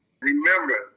Remember